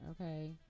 Okay